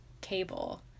cable